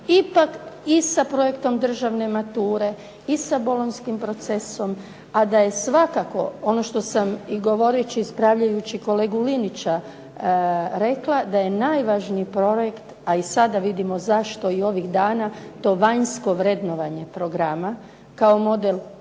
ipak i sa projektom državne mature i sa Bolonjskim procesom, a da je svakako ono što sam i govoreći i ispravljajući kolegu Linića rekla da je najvažniji projekt, a i sada vidimo zašto i ovih dana, to vanjsko vrednovanje programa kao model